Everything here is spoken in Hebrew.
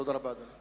תודה רבה, אדוני.